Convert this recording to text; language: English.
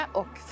och